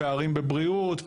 פערים בבריאות,